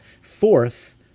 Fourth